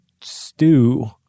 stew